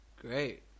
Great